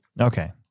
Okay